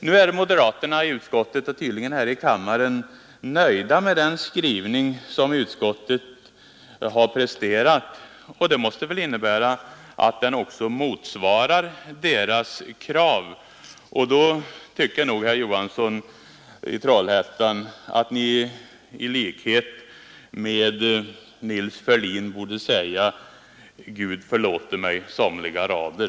Nu är moderaterna i utskottet och tydligen även här i kammaren nöjda med den skrivning som utskottet har presterat. Det måste väl innebära att den också motsvarar deras krav. Då tycker jag, herr Johansson i Trollhättan, att Ni i likhet med Nils Ferlin borde säga: ”och Gud må förlåta mej somliga rader”.